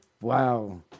Wow